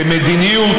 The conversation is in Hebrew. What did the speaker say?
כמדיניות,